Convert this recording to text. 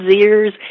ears